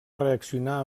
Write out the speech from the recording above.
reaccionar